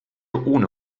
ohne